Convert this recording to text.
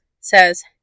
says